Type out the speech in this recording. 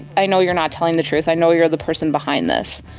i know you're not telling the truth, i know you're the person behind this.